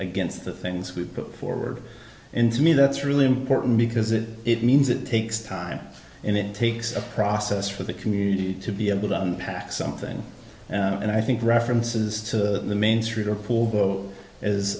against the things we've put forward and to me that's really important because it it means it takes time and it takes a process for the community to be able to unpack something and i think references to main street or pool